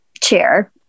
chair